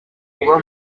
kuba